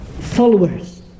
Followers